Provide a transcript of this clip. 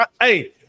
hey